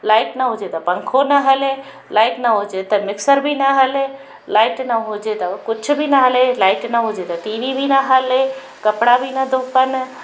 light न हुजे त पंखो न हले लाइट न हुजे त मिक्सर बि न हले लाइट न हुजे त कुझु बि न हले लाइट न हुजे त टीवी बि न हले कपिड़ा बि न धोपनि